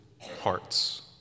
hearts